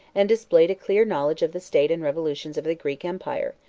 and displayed a clear knowledge of the state and revolutions of the greek empire,